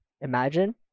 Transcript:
imagine